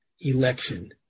election